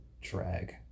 drag